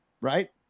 Right